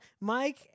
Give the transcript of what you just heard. Mike